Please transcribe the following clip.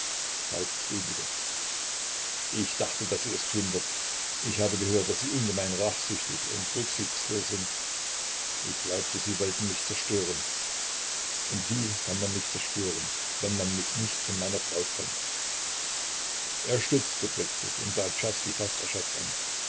falk grübelte ich dachte daß sie es tun würden ich habe gehört daß sie ungemein rachsüchtig und rücksichtslos sind ich glaubte sie wollten mich zerstören und wie kann man mich zerstören wenn man mich nicht von meiner frau trennt er stutzte plötzlich und sah czerski fast erschreckt an